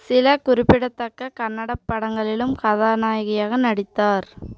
சில குறிப்பிடத்தக்கக் கன்னடப் படங்களிலும் கதாநாயகியாக நடித்தார்